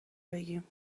بگیم